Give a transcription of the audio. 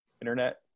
internet